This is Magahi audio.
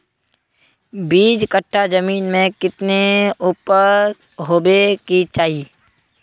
बीस कट्ठा जमीन में कितने उपज होबे के चाहिए?